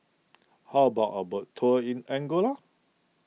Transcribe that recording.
how about a boat tour in Angola